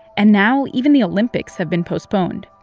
and now even the olympics have been postponed.